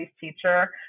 teacher